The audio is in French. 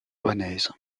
louhannaise